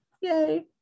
Yay